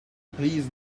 please